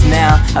now